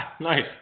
Nice